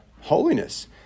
holiness